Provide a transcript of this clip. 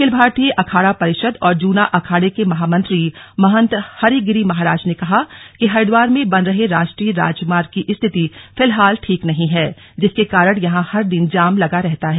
अखिल भारतीय अखाड़ा परिषद और जूना अखाड़े के महामंत्री महंत हरी गिरि महाराज ने कहा कि हरिद्वार में बन रहे राष्ट्रीय राजमार्ग की स्थिति फिलहाल ठीक नहीं है जिसके कारण यहां हर दिन जाम लगा रहता है